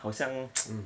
好像